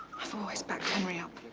i've always bucked henry up.